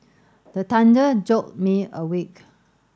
the thunder jolt me awake